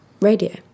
radio